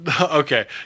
okay